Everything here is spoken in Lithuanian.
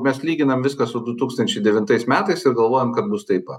mes lyginam viską su du tūkstančiai devintais metais ir galvojam kad bus taip